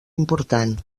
important